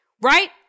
right